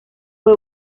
fue